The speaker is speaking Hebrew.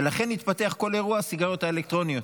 ולכן התפתח כל אירוע הסיגריות האלקטרוניות.